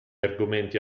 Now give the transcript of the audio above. argomenti